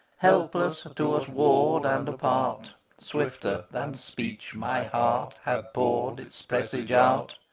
helpless to us ward, and apart swifter than speech my heart had poured its presage out!